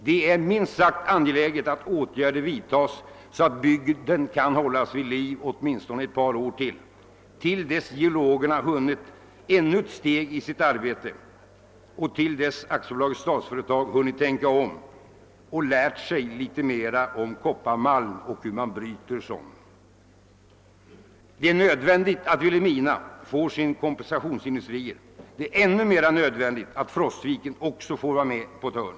Det är högst angeläget att åtgärder vidtas så att bygden kan hållas vid liv åtminstone ett par år — till dess geologerna har hunnit ännu ett steg i sitt arbete och till dess AB Statsföretag hunnit tänka om och lärt sig litet mer om kopparmalm och hur man bryter den. Det är nödvändigt att Vilhelmina får sina kompensationsindustrier; det är ännu mer nödvändigt att Frostviken också får vara med på ett hörn.